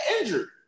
injured